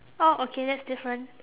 oh okay that's different